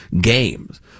games